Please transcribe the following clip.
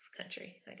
country